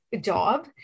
job